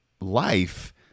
life